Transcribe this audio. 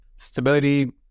Stability